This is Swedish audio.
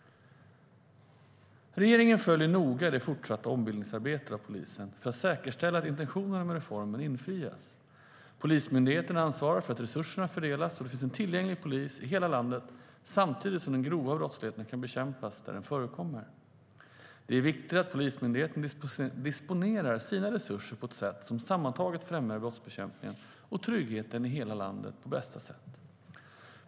Regeringen följer noga polisens fortsatta ombildningsarbete för att säkerställa att intentionerna med reformen infrias. Polismyndigheten ansvarar för att resurserna fördelas så att det finns en tillgänglig polis i hela landet samtidigt som den grova brottsligheten kan bekämpas där den förekommer. Det är viktigt att Polismyndigheten disponerar sina resurser på ett sätt som sammantaget främjar brottsbekämpningen och tryggheten i hela landet på bästa sätt.